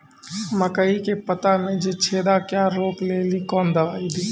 मकई के पता मे जे छेदा क्या रोक ले ली कौन दवाई दी?